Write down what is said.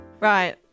Right